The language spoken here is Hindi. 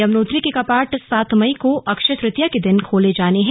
यमुनोत्री के कपाट सात मई को अक्षय तृतीया के दिन खोले जाने हैं